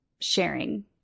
sharing